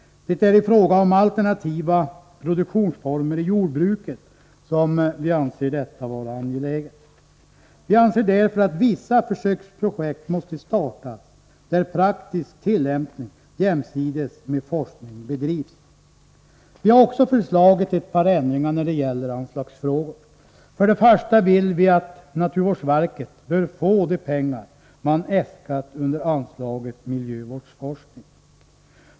Det är i fråga om alternativa produktionsformer i jordbruket som vi anser detta vara angeläget. Vi anser att vissa försöksprojekt måste startas, där praktisk tillämpning bedrivs jämsides med forskning. Vi har också föreslagit ett par ändringar när det gäller anslagsfrågor. För det första vill vi att naturvårdsverket bör få de pengar man äskat under anslaget miljövårdsforskning.